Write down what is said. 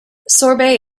sorbet